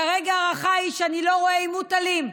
כרגע ההערכה היא שאני לא רואה עימות אלים,